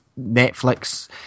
Netflix